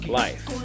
life